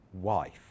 wife